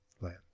Land